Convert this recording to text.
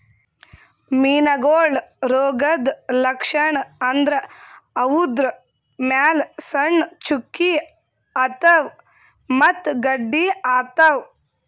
ಮೀನಾಗೋಳ್ ರೋಗದ್ ಲಕ್ಷಣ್ ಅಂದ್ರ ಅವುದ್ರ್ ಮ್ಯಾಲ್ ಸಣ್ಣ್ ಚುಕ್ಕಿ ಆತವ್ ಮತ್ತ್ ಗಡ್ಡಿ ಆತವ್